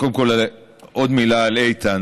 קודם כול, עוד מילה על איתן.